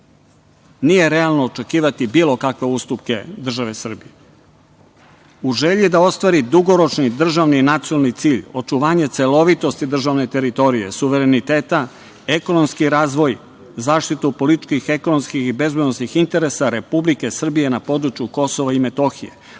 nije realno očekivati bilo kakve ustupke države Srbije.U želji da ostvari dugoročni državni nacionalni cilj, očuvanje celovitosti državne teritorije, suvereniteta, ekonomski razvoj, zaštitu političkih ekonomskih i bezbedonosnih interesa Republike Srbije na području Kosova i Metohije,